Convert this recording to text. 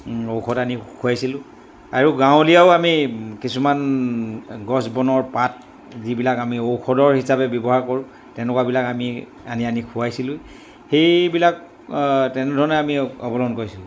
ঔষধ আনি খুৱাইছিলোঁ আৰু গাঁৱলীয়াও আমি কিছুমান গছ বনৰ পাত যিবিলাক আমি ঔষধৰ হিচাপে ব্যৱহাৰ কৰোঁ তেনেকুৱাবিলাক আমি আনি আনি খোৱাইছিলোঁ সেইবিলাক তেনেধৰণে আমি অৱলম্বন কৰিছিলোঁ